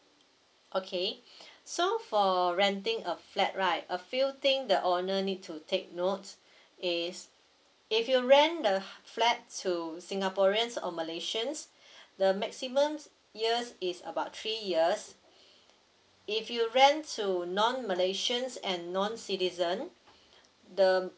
okay so for renting a flat right a few thing the owner need to take note is if you rent the flat to singaporeans or malaysians the maximum years is about three years if you rent to non malaysians and non citizen the